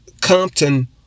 Compton